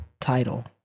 title